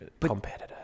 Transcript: Competitor